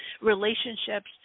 relationships